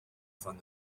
von